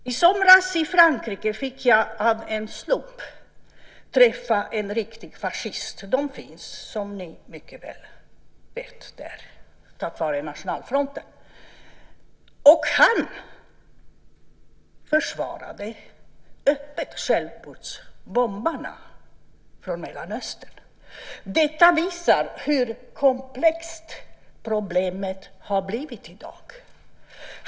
I somras i Frankrike fick jag av en slump träffa en riktig fascist. De finns där som ni mycket väl vet tack vare Nationella fronten. Han försvarade öppet självmordsbombarna från Mellanöstern. Detta visar hur komplext problemet har blivit i dag.